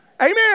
Amen